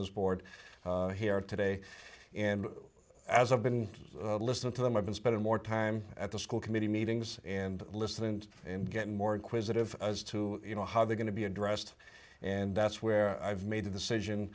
this board here today and as i've been listening to them i've been spending more time at the school committee meetings and listened and get more inquisitive as to you know how they're going to be addressed and that's where i've made